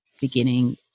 beginning